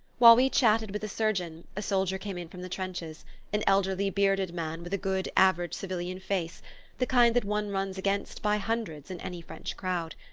while we chatted with the surgeon a soldier came in from the trenches an elderly, bearded man, with a good average civilian face the kind that one runs against by hundreds in any french crowd.